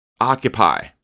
Occupy